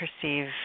perceive